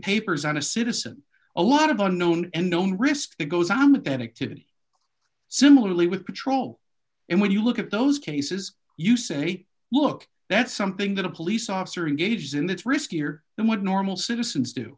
papers on a citizen a lot of unknown and known risk it goes on the bed activity similarly with control and when you look at those cases you say look that's something that a police officer engages in that's riskier than what normal citizens do